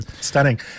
Stunning